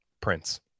Prince